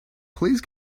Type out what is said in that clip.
please